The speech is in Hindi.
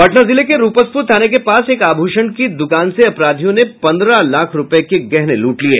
पटना जिले के रूपसपुर थाने के पास एक आभूषण की दुकान से अपराधियों ने पन्द्रह लाख रूपये के गहने लूट लिये